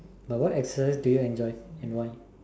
what exercise do you enjoy and why